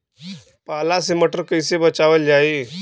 पाला से मटर कईसे बचावल जाई?